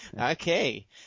Okay